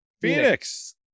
Phoenix